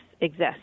exist